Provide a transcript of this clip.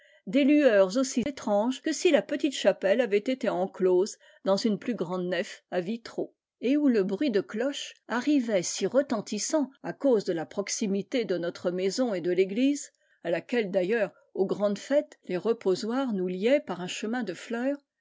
des lueurs aussi étranges que si la petite chapelle avait été enclose dans une plus grande nef à vitraux et où le bruit des cloches arrivait si retentissant à cause de la proximité de notre maison et de l'église à laquelle d'ailleurs aux grandes fêtes les reposoirs nous liaient par un chemin de fleurs